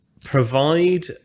provide